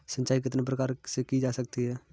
सिंचाई कितने प्रकार से की जा सकती है?